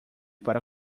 para